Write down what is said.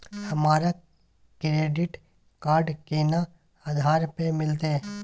हमरा credit card केना आधार पर मिलते?